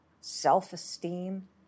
self-esteem